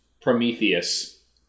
Prometheus